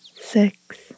Six